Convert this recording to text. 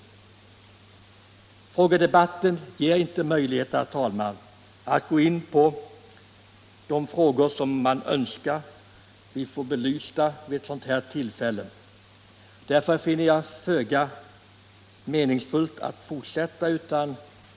En frågedebatt ger inte möjligheter, herr talman, att gå in på alla de problem som man önskar få belysta i sammanhanget, och därför finner jag det föga meningsfullt att fortsätta diskussionen.